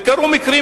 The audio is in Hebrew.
וקרו מקרים,